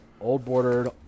old-bordered